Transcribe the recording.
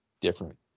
different